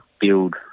build